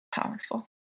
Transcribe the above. powerful